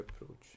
approach